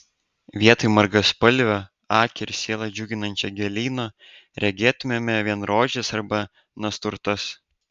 vietoj margaspalvio akį ir sielą džiuginančio gėlyno regėtumėme vien rožes arba nasturtas